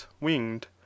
winged